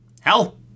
hell